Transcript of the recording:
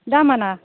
दामआ ना